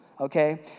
okay